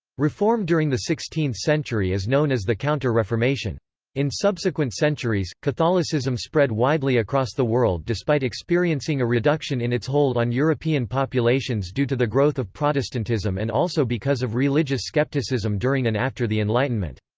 reform during the sixteenth century is known as the counter-reformation. in subsequent centuries, catholicism spread widely across the world despite experiencing experiencing a reduction in its hold on european populations due to the growth of protestantism and also because of religious skepticism during and after the enlightenment.